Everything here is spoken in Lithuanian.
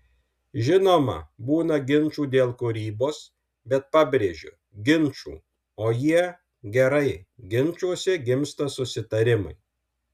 žinoma būna ginčų dėl kūrybos bet pabrėžiu ginčų o jie gerai ginčuose gimsta susitarimai